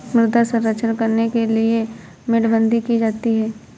मृदा संरक्षण करने के लिए मेड़बंदी की जाती है